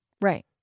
Right